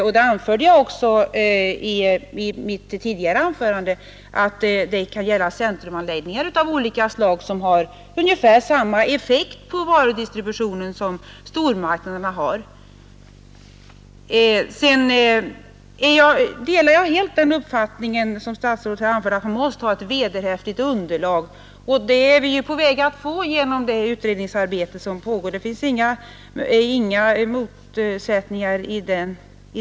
Jag anförde ju i mitt tidigare inlägg att centrumanläggningar av olika slag kan ha ungefär samma effekt på varudistributionen som stormarknaderna. Jag delar den uppfattning som statsrådet anförde, nämligen att man måste ha ett vederhäftigt underlag. Detta är vi ju på väg att få genom det utredningsarbete som pågår; i det fallet finns inga motsättningar.